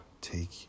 take